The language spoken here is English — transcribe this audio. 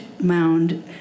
mound